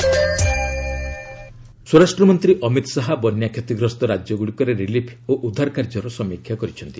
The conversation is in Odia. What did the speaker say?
ଫ୍ଲୁଡ୍ ଅମିତ ଶାହା ସ୍ୱରାଷ୍ଟ୍ରମନ୍ତ୍ରୀ ଅମିତ ଶାହା ବନ୍ୟାକ୍ଷତିଗ୍ରସ୍ତ ରାଜ୍ୟଗୁଡ଼ିକରେ ରିଲିଫ୍ ଓ ଉଦ୍ଧାର କାର୍ଯ୍ୟର ସମୀକ୍ଷା କରିଛନ୍ତି